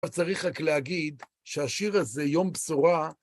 צריך רק להגיד שהשיר הזה, יום בשורה,